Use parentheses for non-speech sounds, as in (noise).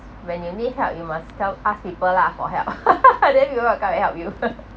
when you need help you must tell ask people lah for help (laughs) then people will come and help you